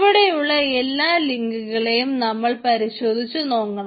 ഇവിടെയുള്ള എല്ലാ ലിങ്കുകളേയും നമ്മൾ പരിശോധിച്ചു നോക്കണം